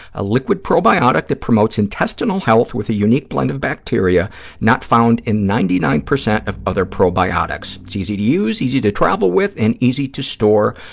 a liquid probiotic that promotes intestinal health with a unique blend of bacteria not found in ninety nine percent of other probiotics. it's easy to use, easy to travel with and easy to store,